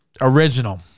original